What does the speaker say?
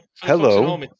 hello